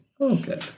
Okay